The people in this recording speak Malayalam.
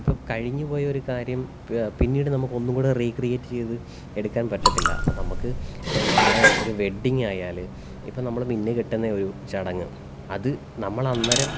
ഇപ്പം കഴിഞ്ഞുപോയ ഒരു കാര്യം പിന്നീട് നമുക്കൊന്നും കൂടെ റീക്രിയേറ്റ് ചെയ്ത് എടുക്കാന് പറ്റത്തില്ല അപ്പം നമുക്ക് ഇപ്പം നമ്മുടെ ഒരു വെഡിങ്ങായാല് ഇപ്പം നമ്മള് മിന്നുകെട്ടുന്ന ഒരു ചടങ്ങ് അത് നമ്മൾ അന്നേരം